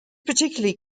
particularly